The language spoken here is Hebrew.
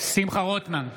שמחה רוטמן,